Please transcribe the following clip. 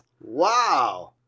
Wow